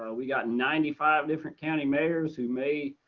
we got ninety five different county mayors who may,